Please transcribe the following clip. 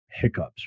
hiccups